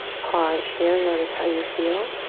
pause here. notice how you feel.